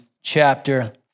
chapter